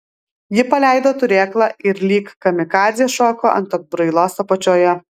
ji paleido turėklą ir lyg kamikadzė šoko ant atbrailos apačioje